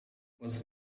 was